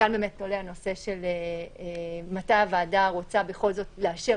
כאן עולה הנושא מתי הוועדה רוצה בכל זאת לאשר